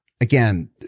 Again